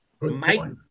mike